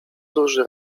duży